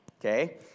okay